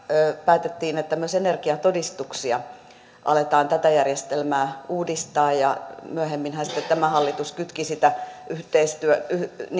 päätettiin että myös energiatodistuksia tätä järjestelmää aletaan uudistaa ja myöhemminhän sitten tämä hallitus kytki sitä